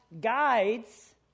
guides